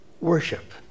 Worship